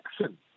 action